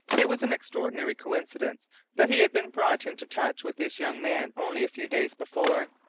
it was an extraordinary coincidence that he had been brought into touch with this young man only a few days before.